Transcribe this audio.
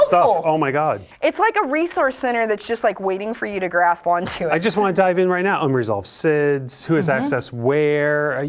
so oh my god. it's like a resource center that's just like waiting for you to grasp onto. i just want to dive in right now, unresolved sids, who has access where, ah